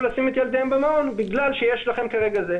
לשים את ילדיהם במעון בגלל שיש לכם כרגע זה',